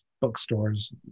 bookstores